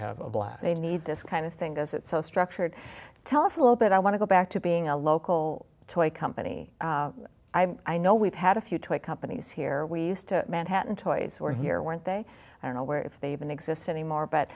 have a blast they need this kind of thing because it's structured tell us a little bit i want to go back to being a local toy company i know we've had a few toy companies here we use to manhattan toys were here weren't they i don't know where if they even exist anymore but